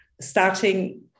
starting